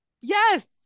yes